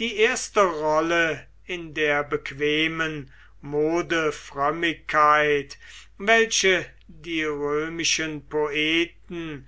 die erste rolle in der bequemen modefrömmigkeit welche die römischen poeten